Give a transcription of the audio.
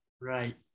right